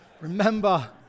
remember